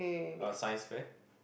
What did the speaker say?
a science fair